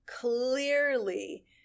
clearly